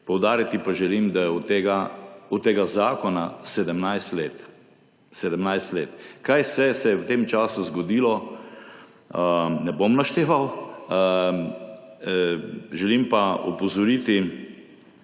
Poudariti pa želim, da je od tega zakona 17 let. 17. let. Kaj vse se je v tem času zgodilo, ne bom našteval. Želim pa opozoriti,